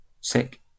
sick